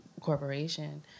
corporation